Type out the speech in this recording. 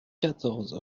quatorze